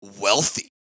wealthy